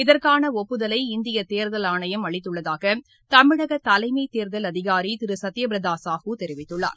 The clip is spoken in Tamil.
இதற்கான ஒப்புதலை இந்திய தேர்தல் ஆணையம் அளித்துள்ளதாக தமிழக தலைமைத் தேர்தல் அதிகாரி திரு சத்யபிரதா சாஹூ தெரிவித்துள்ளார்